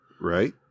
Right